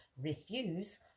refuse